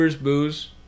booze